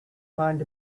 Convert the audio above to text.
mind